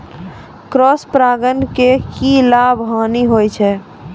Cross परागण के की लाभ, हानि होय छै?